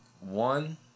One